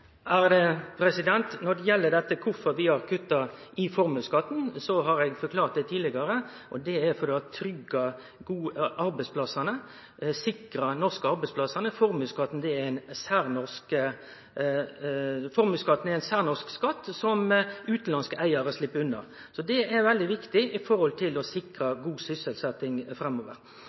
Når det gjeld dette med kvifor vi har kutta i formuesskatten, har eg forklart det tidlegare: Det er for å tryggje og sikre dei norske arbeidsplassane. Formuesskatten er ein særnorsk skatt som utanlandske eigarar slepp unna. Det er veldig viktig med tanke på å sikre god sysselsetjing framover.